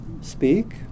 speak